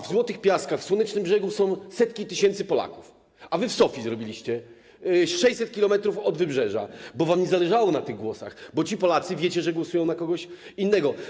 W Złotych Piaskach, w Słonecznym Brzegu są setki tysięcy Polaków, a wy w Sofii zrobiliście, 600 km od wybrzeża, bo wam nie zależało na tych głosach, bo wiecie, że ci Polacy głosują na kogoś innego.